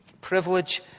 Privilege